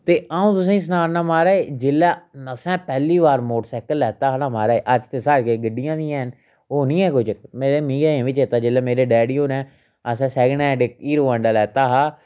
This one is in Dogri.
ते आ'ऊं तुसेंई सना नां महाराज जेल्लै असें पैह्ली बार मोटरसाइकल लैता हा ना महाराज अज्ज ते साढ़े कश ते गड्डियां बी हैन ओह् नी ऐ कोई चक्कर मिगी अजें बी चेता जेल्लै मेरे डैडी होरें असें सैंकड हैंड इक हीरो हांडा लैता हा